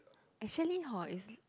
actually hor is